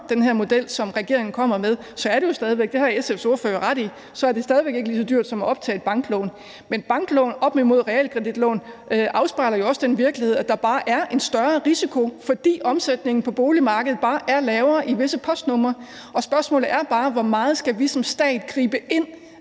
den her model, som regeringen kommer med, bliver en smule dyrere, så er det jo stadig væk – det har SF's ordfører ret i – ikke lige så dyrt som at optage et banklån. Men banklån op imod realkreditlån afspejler jo også den virkelighed, at der bare er en større risiko, fordi omsætningen på boligmarkedet er lavere i visse postnumre. Og spørgsmålet er bare, hvor meget vi som stat skal gribe ind